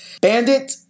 Bandit